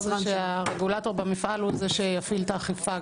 כי יש בסעיף 262 יש שתי הוראות של מי שמייצר בלי,